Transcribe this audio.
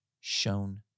shown